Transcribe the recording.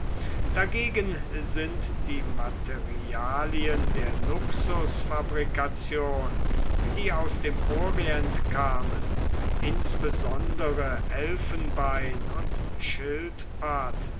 dagegen sind die materialien der luxusfabrikation die aus dem orient kamen insbesondere elfenbein und schildpatt